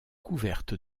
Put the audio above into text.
couverte